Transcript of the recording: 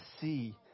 see